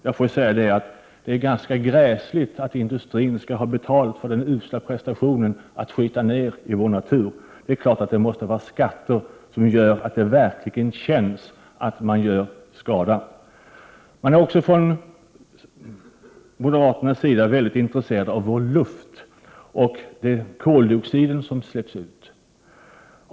Jag får säga att det är ganska gräsligt att industrin skall ha betalt för den usla prestationen att smutsa ner i vår natur. Det är klart att det måste finnas skatter som gör att det verkligen känns när man gör skada. Från moderaternas sida är man också mycket intresserad av vår luft och den koldioxid som släpps ut.